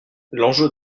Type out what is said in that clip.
l’enjeu